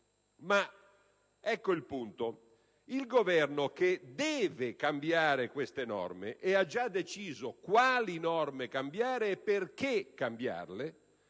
Ma ecco il punto: il Governo - che deve cambiare queste norme e ha già deciso quali norme cambiare e perché cambiarle